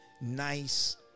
nice